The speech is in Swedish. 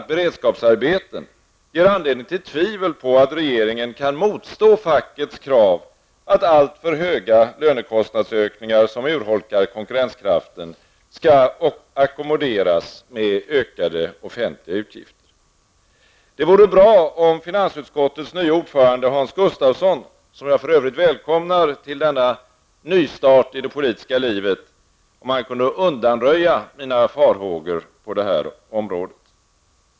beredskapsarbeten, ger anledning till tvivel på att regeringen kan motstå fackets krav att alltför höga lönekostnadsökningar, som urholkar konkurrenskraften, skall ackommoderas med ökade offentliga utgifter. Det vore bra om finansutskottets nye ordförande Hans Gustafsson, som jag för övrigt välkomnar till denna nystart i det politiska livet, kunde undanröja mina farhågor på det området.